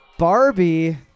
Barbie